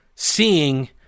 seeing